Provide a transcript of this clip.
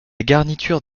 garniture